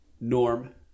Norm